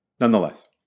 Nonetheless